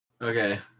Okay